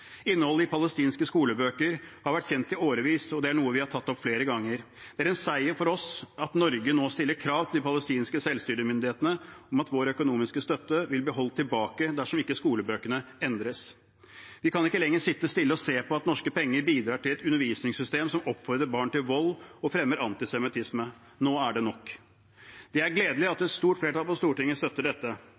Innholdet i palestinske skolebøker har vært kjent i årevis, og det er noe vi har tatt opp flere ganger. Det er en seier for oss at Norge nå stiller krav til de palestinske selvstyremyndighetene, og at vår økonomiske støtte vil bli holdt tilbake dersom ikke skolebøkene endres. Vi kan ikke lenger sitte stille og se på at norske penger bidrar til et undervisningssystem som oppfordrer barn til vold og fremmer antisemittisme. Nå er det nok. Det er gledelig at et stort flertall på Stortinget støtter dette.